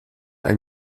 ein